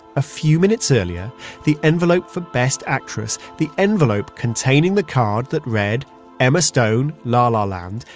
a few minutes earlier the envelope for best actress, the envelope containing the card that read emma stone, la la land',